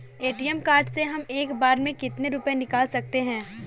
ATM card से हम एक बार में कितने रुपये निकाल सकते हैं?